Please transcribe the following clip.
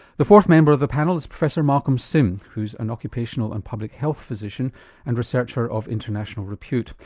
the fourth member of the panel is professor malcolm sim who's an occupational and public health physician and researcher of international repute.